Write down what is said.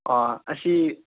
ꯑꯁꯤ